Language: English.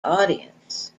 audience